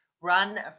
run